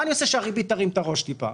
מה אני אעשה שהריבית תרים את הראש טיפה?